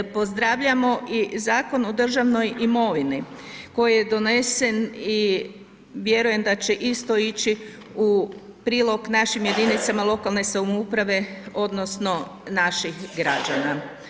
Pozdravljamo i Zakon o državnoj imovini koji je donesen i vjerujem da će isto ići u prilog našim jedinicama lokalne samouprave odnosno naših građana.